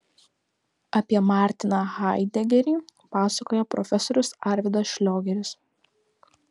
apie martiną haidegerį pasakoja profesorius arvydas šliogeris